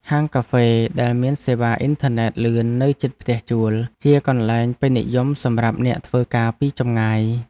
ហាងកាហ្វេដែលមានសេវាអ៊ីនធឺណិតលឿននៅជិតផ្ទះជួលជាកន្លែងពេញនិយមសម្រាប់អ្នកធ្វើការពីចម្ងាយ។